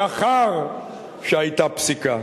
לאחר שהיתה פסיקה.